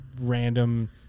random